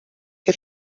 que